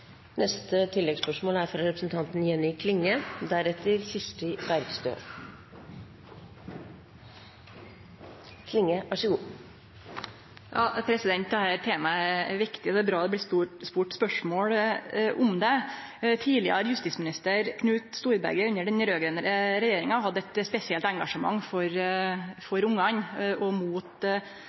Jenny Klinge – til oppfølgingsspørsmål. Dette temaet er viktig, og det er bra det blir stilt spørsmål om det. Tidlegare justisminister Knut Storberget, under den raud-grøne regjeringa, hadde eit spesielt engasjement for barna og mot